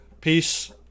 peace